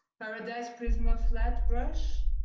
paradise prisma flat brush.